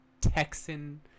Texan